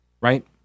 right